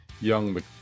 Young